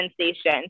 sensation